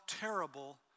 terrible